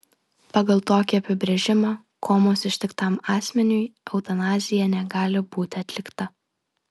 pagal tokį apibrėžimą komos ištiktam asmeniui eutanazija negali būti atlikta